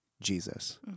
Jesus